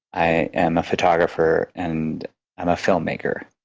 i am a photographer, and i'm a filmmaker.